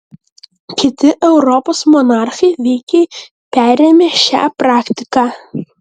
kiti europos monarchai veikiai perėmė šią praktiką